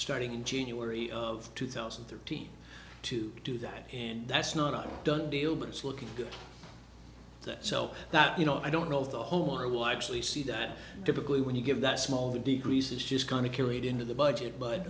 starting in january of two thousand and thirteen to do that and that's not a done deal but it's looking good so that you know i don't know if the homeowner will actually see that typically when you give that small decrease is just gonna carry it into the budget but